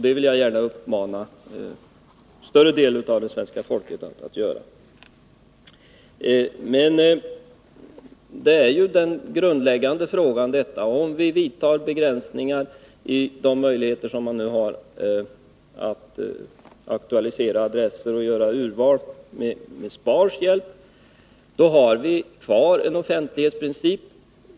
Det vill jag gärna uppmana en större del av svenska folket att göra. Om vi inför begränsningar i de möjligheter som nu finns att med SPAR:s hjälp aktualisera adresser och göra urval, återstår ändå problemet med offentlighetsprincipen,